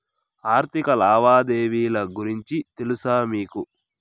ఆర్థిక లావాదేవీల గురించి తెలుసా మీకు